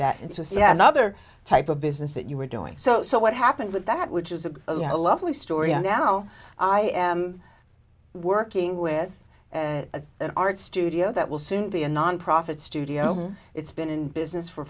was yet another type of business that you were doing so so what happened with that which is a lovely story and now i am working with as an art studio that will soon be a nonprofit studio it's been in business for